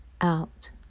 out